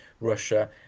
Russia